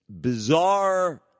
bizarre